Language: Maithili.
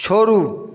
छोड़ू